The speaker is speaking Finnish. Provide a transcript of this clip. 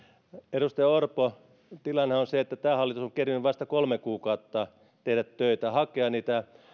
edustaja orpo tilannehan on se että tämä hallitus on kerennyt vasta kolme kuukautta tehdä töitä hakea niitä